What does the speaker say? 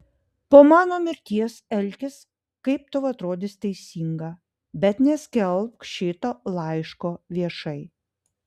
po mano mirties elkis kaip tau atrodys teisinga bet neskelbk šito laiško viešai